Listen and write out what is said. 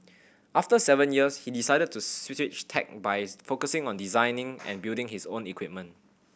after seven years he decided to switch tack by focusing on designing and building his own equipment